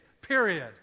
Period